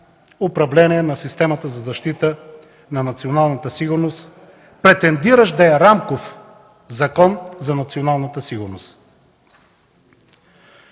управление на системата за защита на националната сигурност, претендиращ да е рамков закон за националната сигурност.